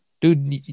Dude